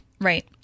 Right